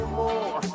more